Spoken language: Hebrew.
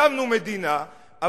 הקמנו מדינה.